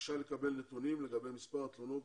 בבקשה לקבל נתונים לגבי מספר התלונות